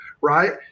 right